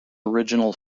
original